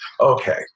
Okay